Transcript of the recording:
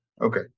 Okay